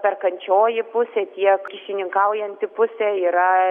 perkančioji pusė tiek kyšininkaujanti pusė yra